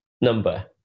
number